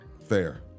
Fair